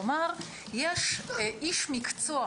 כלומר יש איש מקצוע